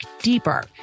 deeper